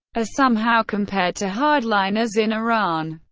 are somehow compared to hardliners in iran.